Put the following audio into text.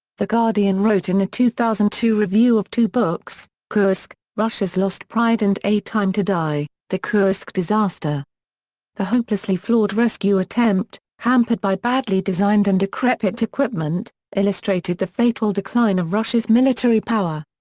the guardian wrote in a two thousand and two review of two books, kursk, russia's lost pride and a time to die the kursk disaster the hopelessly flawed rescue attempt, hampered by badly designed and decrepit equipment, illustrated the fatal decline of russia's military power.